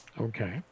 okay